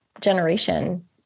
generation